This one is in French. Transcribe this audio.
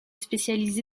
spécialisé